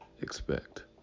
expect